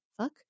fuck